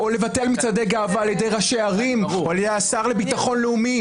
או לבטל מצעדי גאווה על ידי ראשי ערים או על ידי השר לביטחון לאומי,